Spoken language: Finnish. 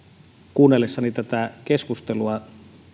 kuunnellessani tätä keskustelua